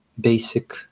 basic